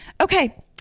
Okay